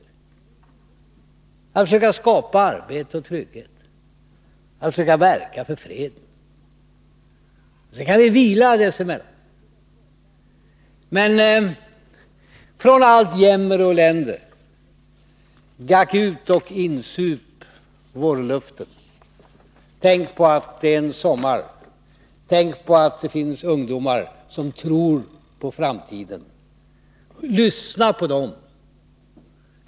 Vi skall försöka skapa arbete och trygghet och verka för freden. Sedan kan vi vila oss emellanåt. Men från all jämmer och allt elände: Gack ut och insup vårluften! Tänk på att det är sommar! Tänk på att det finns ungdomar som tror på framtiden! Lyssna på dem!